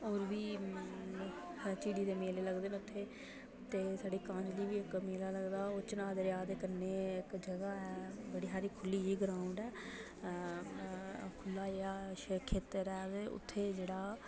होर बी झिड़ी दे मेले लगदे न उत्थै ते साढ़ै पानी दे बी इक मेला लगदा ओह् चना दरेआ दे कन्नै इक जगह् ऐ बड़ी हारी खु'ल्ली जेही ग्राऊंड ऐ खु'ल्ला जेहा खेत्तर ऐ ते उत्थै जेेह्ड़ा